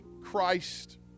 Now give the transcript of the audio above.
Christ